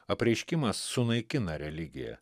apreiškimas sunaikina religiją